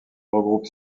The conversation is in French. regroupe